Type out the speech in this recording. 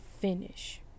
finish